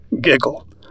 Giggle